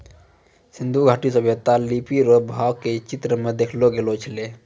सिन्धु घाटी सभ्यता लिपी रो भाव के चित्र मे देखैलो गेलो छलै